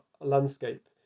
landscape